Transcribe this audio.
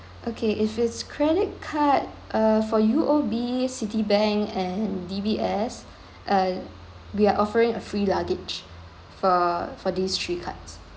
okay if it's credit card uh for U_O_B Citibank and D_B_S uh we are offering a free luggage for for these three cards